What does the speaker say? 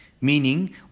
Meaning